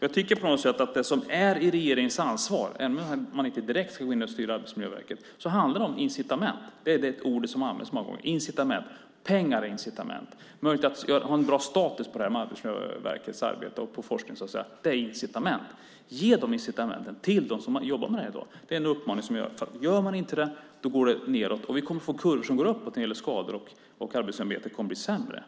Jag tycker att regeringens ansvar, även om man inte direkt ska gå in och styra Arbetsmiljöverket, handlar om incitament. Det är det ord som används många gånger: incitament. Pengar är incitament. Det är möjligt att ha en bra status på Arbetsmiljöverkets arbete och på forskningen så att säga - det är incitament. Ge de incitamenten till dem som jobbar med detta i dag! Gör man inte det går det nedåt, och vi kommer att få kurvor som går uppåt när det gäller skador, och arbetsmiljöarbetet kommer att bli sämre.